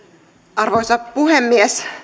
arvoisa puhemies